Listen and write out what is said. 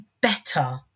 better